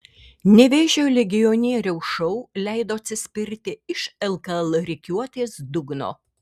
nevėžio legionieriaus šou leido atsispirti iš lkl rikiuotės dugno